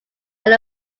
are